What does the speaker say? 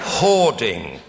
Hoarding